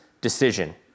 decision